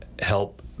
help